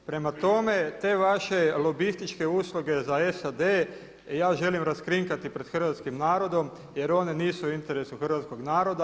Prema tome, te vaše lobističke usluge za SAD ja želim raskrinkati pred hrvatskim narodom jer one nisu u interesu hrvatskog naroda.